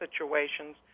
situations